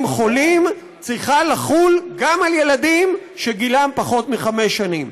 חולים צריכה לחול גם על ילדים שגילם פחות מחמש שנים.